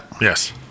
Yes